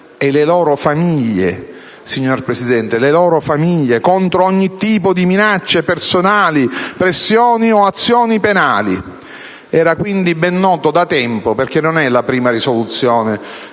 e le loro famiglie», signor Presidente, contro ogni tipo di minacce personali, pressioni o azioni penali. Questa situazione era ben nota da tempo, perché non è la prima risoluzione